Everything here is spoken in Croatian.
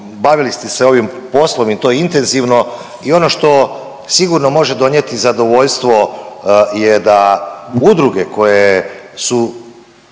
bavili ste se ovim poslom i to intenzivno i ono što sigurno može donijeti zadovoljstvo je da udruge koje su